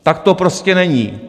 Tak to prostě není.